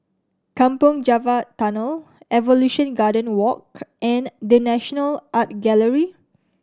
Kampong Java Tunnel Evolution Garden Walk and The National Art Gallery